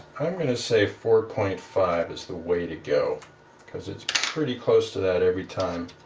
i'm gonna say four point. five is the way to go because it's pretty close to that every time